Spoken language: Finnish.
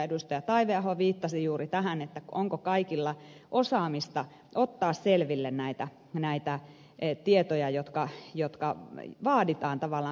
taiveaho viittasi juuri tähän että onko kaikilla osaamista ottaa selville näitä tietoja jotka vaaditaan tavallaan